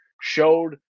showed